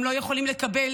הם לא יכולים לקבל